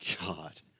God